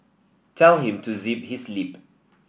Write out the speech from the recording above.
tell him to zip his lip